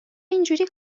اینجوری